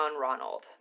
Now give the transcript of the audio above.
Ronald